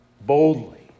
boldly